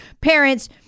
parents